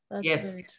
yes